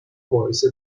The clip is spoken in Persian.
باعث